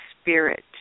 spirit